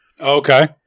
okay